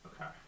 Okay